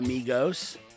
Amigos